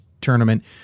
tournament